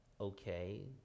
Okay